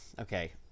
Okay